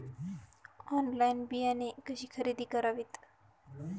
Online बियाणे कशी खरेदी करावीत?